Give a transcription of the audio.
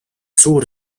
suur